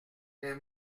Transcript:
les